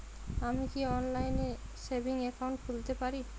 আমি কি অনলাইন এ সেভিংস অ্যাকাউন্ট খুলতে পারি?